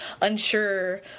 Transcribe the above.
unsure